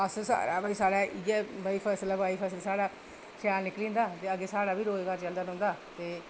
अस साढ़े इ'यै भई फसल ऐ भई साढ़े ते शैल निकली जंदा ते अग्गें साढ़ा बी रुजगार निकली जंदा